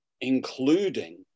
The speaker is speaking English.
including